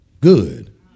good